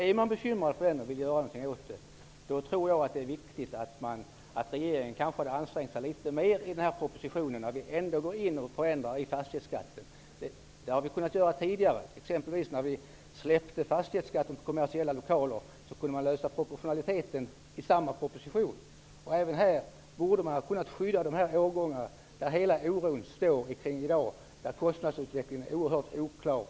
Är man bekymrad över detta och vill göra något åt saken skulle nog regeringen ha ansträngt sig litet mera när det gäller den här propositionen. Vi går ju ändå in och förändrar fastighetsskatten. Det här hade vi kunnat göra tidigare. Exempelvis i samband med att vi släppte fastighetsskatten på kommersiella lokaler hade väl frågan om proportionaliteten kunnat lösas i samma proposition. Även här borde man ha kunnat skydd nämnda årgångar. Det är här oron finns. Kostnadsutvecklingen är ju oerhört oklar.